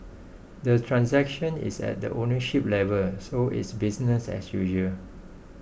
the transaction is at the ownership level so it's business as usual